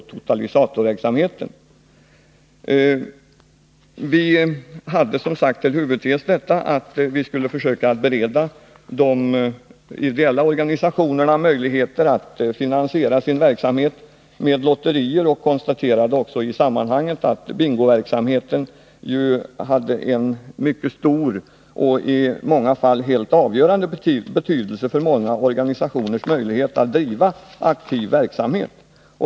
totalisatorverksamheten. Vi hade som sagt som huvudtes att vi skulle försöka bereda de ideella organisationerna möjligheter att finansiera sin verksamhet med lotterier. Vi konstaterade också i det sammanhanget att bingoverksamheten hade en mycket stor och ofta helt avgörande betydelse för många organisationers möjlighet att driva aktiv verksamhet.